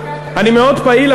אני מאוד פעיל,